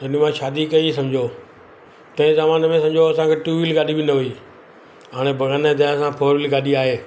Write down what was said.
अने मां शादी कई सम्झो तंहिं ज़माने में सम्झो असांखे टू वील गाॾी बि न हुई हाणे भॻिवान जी दया सां फोर वीलर गाॾी आहे